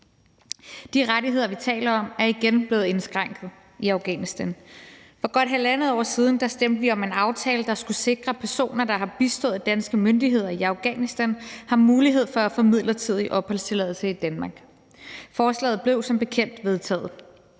De rettigheder, vi taler om, er igen blevet indskrænket i Afghanistan. For godt halvandet år siden stemte vi om en aftale, der skulle sikre, at personer, der har bistået danske myndigheder i Afghanistan, har mulighed for at få midlertidig opholdstilladelse i Danmark. Forslaget blev som bekendt vedtaget.